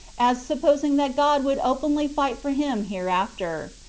as supposing that god would openly fight for him hereafter.